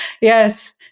Yes